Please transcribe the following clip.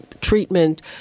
treatment